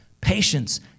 patience